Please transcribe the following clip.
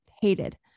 hated